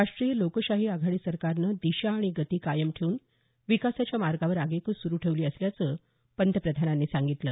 राष्ट्रीय लोकशाही आघाडी सरकारनं दिशा आणि गती कायम ठेवून विकासाच्या मार्गावर आगेकूच सुरू ठेवली असल्याचं पंतप्रधानांनी सांगितलं